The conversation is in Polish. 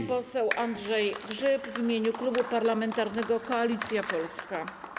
Pan poseł Andrzej Grzyb w imieniu Klubu Parlamentarnego Koalicja Polska.